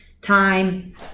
time